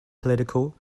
political